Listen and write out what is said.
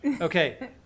Okay